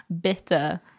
bitter